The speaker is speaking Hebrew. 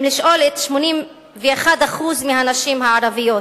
אם לשאול 81% מהנשים הערביות